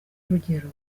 urugero